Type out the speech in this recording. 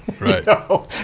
Right